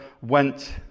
went